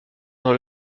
dans